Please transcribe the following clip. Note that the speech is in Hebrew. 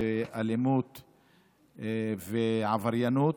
באלימות ובעבריינות,